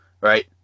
right